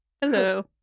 Hello